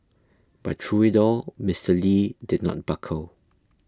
but through it all Mister Lee did not buckle